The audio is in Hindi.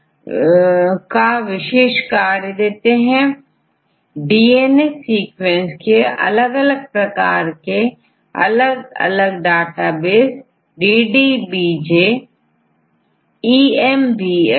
तो आप क्लास रिफरेंस ले सकते हैं यहां आपको बिबलियोग्राफीडीएनए सीक्वेंस के अलग अलग प्रकार केडेटाबेसDDBJEMBL Gene Bankआदि डाटाबेस उपलब्ध है